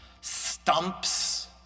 stumps